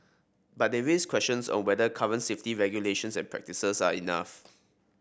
but they raise questions on whether current safety regulations and practices are enough